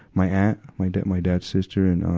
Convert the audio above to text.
my aunt, my dad, my dad's sister, and, ah,